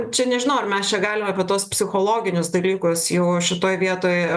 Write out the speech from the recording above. čia nežinau ar mes čia galim apie tuos psichologinius dalykus jau šitoj vietoj